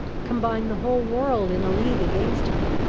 combine the whole world in a league against me,